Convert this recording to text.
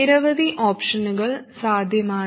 നിരവധി ഓപ്ഷനുകൾ സാധ്യമാണ്